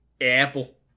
Apple